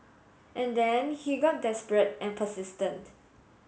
and then he got desperate and persistent